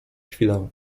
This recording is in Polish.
chwilę